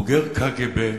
בוגר קג"ב,